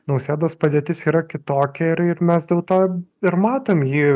nausėdos padėtis yra kitokia ir ir mes dėl to ir matom jį